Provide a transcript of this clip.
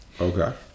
Okay